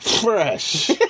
Fresh